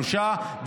שלושה.